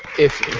if